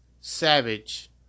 Savage